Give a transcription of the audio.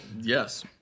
Yes